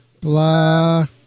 blah